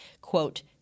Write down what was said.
quote